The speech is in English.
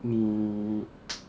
你